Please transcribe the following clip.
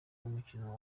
w’umukino